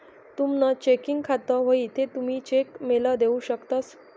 तुमनं चेकिंग खातं व्हयी ते तुमी चेक मेल देऊ शकतंस